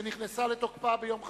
שנכנסה לתוקפה ביום חמישי,